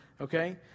okay